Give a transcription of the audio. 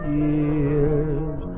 years